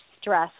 stress